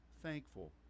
thankful